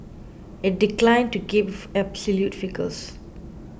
it declined to give absolute figures